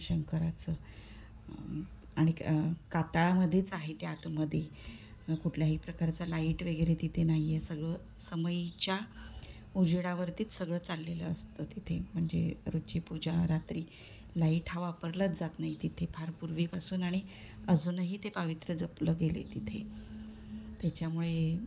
शंकराचं आणि कातळामध्येच आहे ते आतमध्ये कुठल्याही प्रकारचा लाईट वगैरे तिथे नाही आहे सर्व समईच्या उजेडावरतीच सगळं चाललेलं असतं तिथे म्हणजे रोजची पूजा रात्री लाईट हा वापरलाच जात नाही तिथे फार पूर्वीपासून आणि अजूनही ते पावित्र्य जपलं गेलं आहे तिथे त्याच्यामुळे